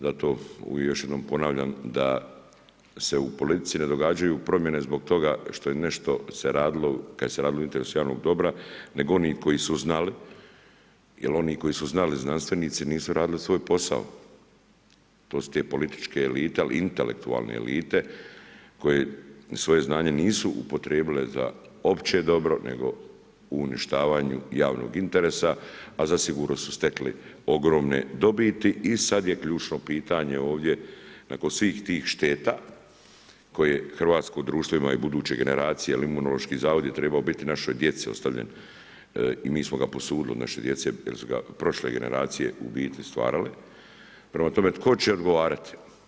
Zato još jednom ponavljam da se u politici ne događaju promjene zbog toga što je nešto se radilo, kad se radilo u interesu javnog dobra, nego oni koji su znali, jer oni koji su znali znanstvenici nisu radili svoj posao, to su te političke elite, intelektualne elite koje svoje znanje nisu upotrijebile za opće dobro, nego u uništavanju javnog interesa, a zasigurno su stekli ogromne dobiti i sad je ključno pitanje ovdje nakon svih tih šteta koje hrvatsko društvo imaju i buduće generacije, jel Imunološki zavod je trebao biti našoj djeci ostavljen i mi smo ga posudili od naše djece jer su ga prošle generacije u biti stvarale, prema tome tko će odgovarati?